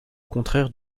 contraire